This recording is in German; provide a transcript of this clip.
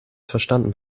verstanden